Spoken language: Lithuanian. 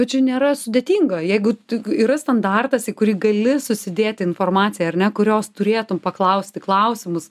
bet čia nėra sudėtinga jeigu yra standartas į kurį gali susidėti informaciją ar ne kurios turėtum paklausti klausimus